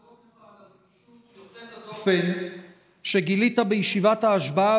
להודות לך על הרגישות יוצאת הדופן שגילית בישיבת ההשבעה,